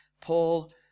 Paul